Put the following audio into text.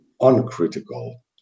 uncritical